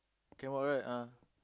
can walk right ah